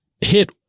hit